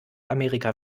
amerika